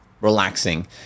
relaxing